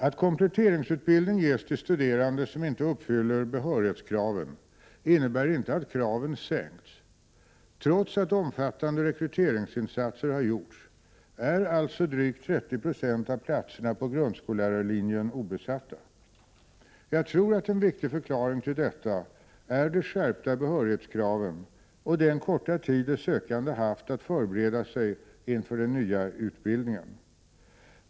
Att kompletteringsutbildning ges till studerande som inte uppfyller behörighetskraven innebär inte att kraven sänkts. Trots att omfattande rekryteringsinsatser har gjorts är drygt 30 96 av platserna på grundskollärarlinjen obesatta. Jag tror att en viktig förklaring till detta är de skärpta behörighetskraven och den korta tid de sökande haft för att förbereda sig inför den nya utbildningen.